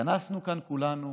התכנסנו כאן כולנו